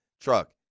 Truck